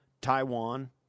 Taiwan